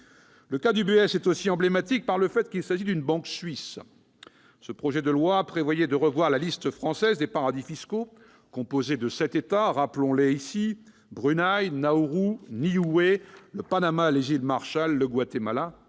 Le cas de l'UBS est aussi emblématique du fait qu'il s'agit d'une banque suisse. Ce projet de loi prévoyait une révision de la liste française des paradis fiscaux, qui comporte sept États : Brunei, Nauru, Niue, le Panama, les Îles Marshall, le Guatemala